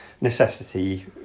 necessity